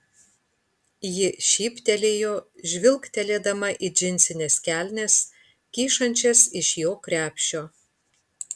ji šyptelėjo žvilgtelėdama į džinsines kelnes kyšančias iš jo krepšio